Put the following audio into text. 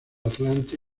atlantic